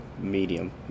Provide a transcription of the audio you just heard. medium